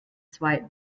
zwei